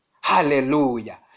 Hallelujah